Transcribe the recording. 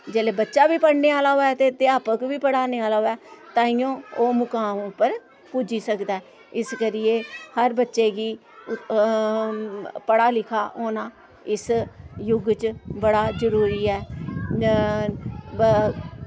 जिल्लै बच्चा बी पढ़ने आह्ला होऐ ते अध्यापक बी पढ़ाने आह्ला होऐ तांइयों ओह् मुकाम उप्पर पुज्जी सकदा ऐ इस करियै हर बच्चे गी पढ़ा लिखा होना इस युग च बड़ा जरुरी ऐ